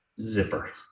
Zipper